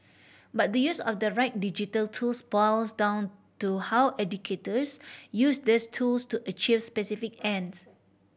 but the use of the right digital tools boils down to how educators use these tools to achieve specific ends